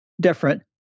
different